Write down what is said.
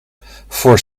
voor